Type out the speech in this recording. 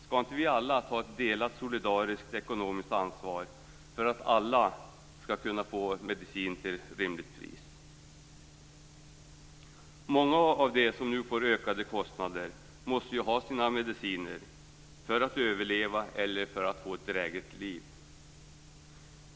Skall inte vi alla ta ett delat solidariskt ekonomiskt ansvar, så att alla kan få medicin till ett rimligt pris? Många av dem som nu får ökade kostnader måste ha sina mediciner för att överleva eller för att få ett drägligt liv.